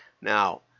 Now